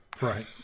Right